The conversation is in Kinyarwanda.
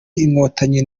inkotanyi